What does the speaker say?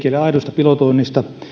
liikkeelle aidosta pilotoinnista